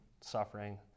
suffering